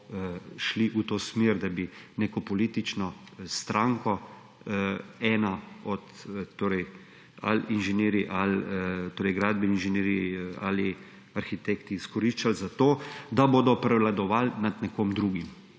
šli v to smer, da bi neko politično stranko ali gradbeni inženirji ali arhitekti izkoriščali za to, da bodo prevladovali nad nekom drugim.